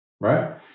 right